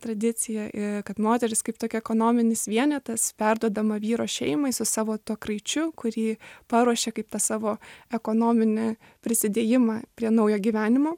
tradicija kad moteris kaip tokia ekonominis vienetas perduodama vyro šeimai su savo tuo kraičiu kurį paruošia kaip tą savo ekonominę prisidėjimą prie naujo gyvenimo